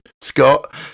Scott